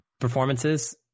performances